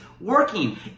working